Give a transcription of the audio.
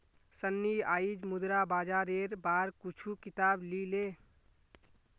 सन्नी आईज मुद्रा बाजारेर बार कुछू किताब ली ले